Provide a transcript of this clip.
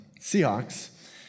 Seahawks